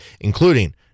including